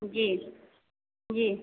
जी जी